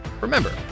Remember